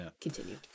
continue